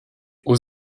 aux